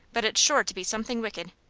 but it's sure to be something wicked.